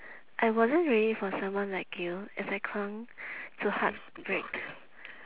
I wasn't ready for someone like you as I clung to heart break